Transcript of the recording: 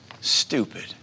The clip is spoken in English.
Stupid